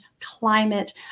climate